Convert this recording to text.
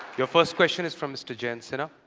your first question is from mr. jayant sinha.